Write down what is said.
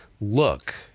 look